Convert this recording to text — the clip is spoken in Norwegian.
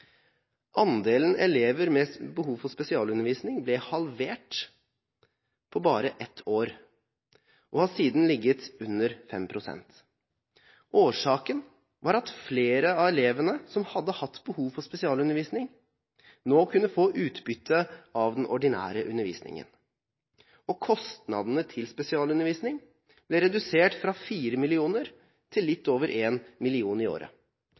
Andelen elever med behov for spesialundervisning ble halvert på bare ett år, og har siden ligget under 5 pst. Årsaken var at flere av elevene som hadde hatt behov for spesialundervisning, nå kunne få utbytte av den ordinære undervisningen. Kostnadene til spesialundervisning ble redusert fra 4 mill. kr til litt over 1 mill. kr i året.